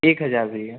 एक हजार भईया